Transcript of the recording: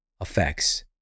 effects